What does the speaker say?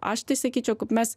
aš tai sakyčiau kad mes